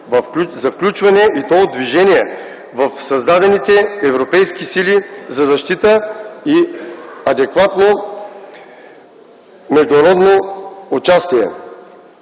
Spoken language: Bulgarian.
за включване, и то в движение, в създадените европейски сили за защита и адекватно международно участие.